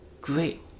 great